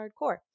hardcore